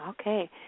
Okay